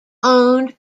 owned